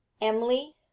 emily